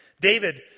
David